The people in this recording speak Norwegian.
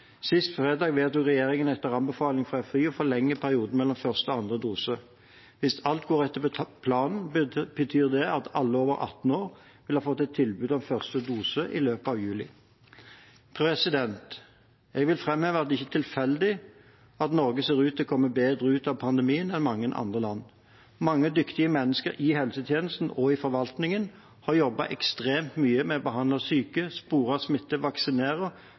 Sist fredag vedtok regjeringen etter anbefaling fra FHI å forlenge perioden mellom første og andre dose. Hvis alt går etter planen, betyr det at alle over 18 år vil ha fått tilbud om første dose i løpet av juli. Jeg vil framheve at det ikke er tilfeldig at Norge ser ut til å komme bedre ut av pandemien enn mange andre land. Mange dyktige mennesker i helsetjenesten og i forvaltningen har jobbet ekstremt mye med å behandle syke, spore smitte,